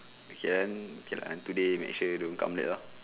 okay then okay lah today make sure you don't come late lor